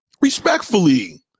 Respectfully